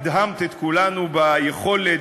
הדהמת את כולנו ביכולת,